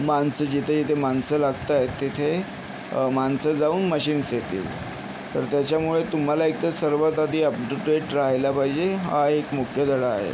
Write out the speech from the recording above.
माणसं जिथे जिथे माणसं लागत आहेत तिथे माणसं जाऊन मशीन्स येतील तर त्याच्यामुळे तुम्हाला एक तर सर्वात आधी अप टू डेट रहायला पाहिजे हा एक मुख्य धडा आहे